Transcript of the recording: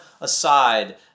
aside